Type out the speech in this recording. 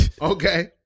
Okay